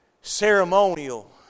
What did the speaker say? ceremonial